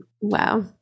Wow